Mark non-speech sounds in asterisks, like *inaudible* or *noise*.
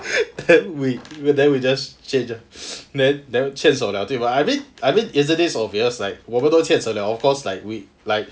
*laughs* then we then we just change ah then 牵手了就 but I mean I mean isn't it obvious like 我们都牵手了 of course like we like